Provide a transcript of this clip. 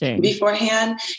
beforehand